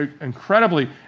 incredibly